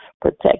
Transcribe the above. Protect